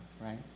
right